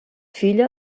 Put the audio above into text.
filla